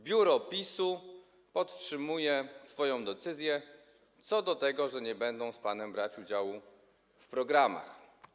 Biuro PiS-u podtrzymuje swoją decyzję co do tego, że nie będą z panem brać udziału w programach.